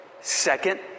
Second